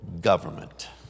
government